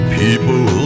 people